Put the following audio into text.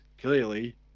clearly